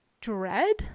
dread